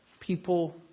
People